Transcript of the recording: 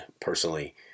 personally